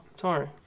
sorry